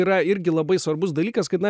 yra irgi labai svarbus dalykas kad na